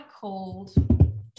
called